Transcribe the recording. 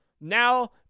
now